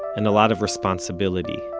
and a lot of responsibility.